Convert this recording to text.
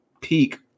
peak